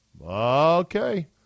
okay